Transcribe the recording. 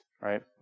right